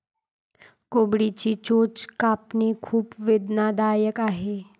कोंबडीची चोच कापणे खूप वेदनादायक आहे